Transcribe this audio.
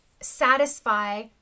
satisfy